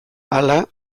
hala